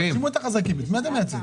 החלשים.